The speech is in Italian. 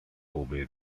come